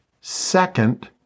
Second